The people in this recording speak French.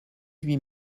huit